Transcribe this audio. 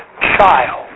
child